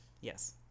Yes